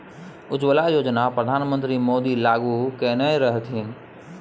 उज्जवला योजना परधान मन्त्री मोदी लागू कएने रहथिन